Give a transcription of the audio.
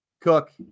Cook